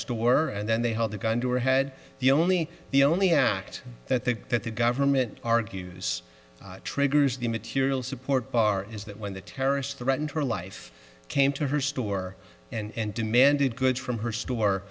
store and then they held a gun to her head the only the only act that they that the government argues triggers the material support bar is that when the terrorists threatened her life came to her store and demanded goods from her store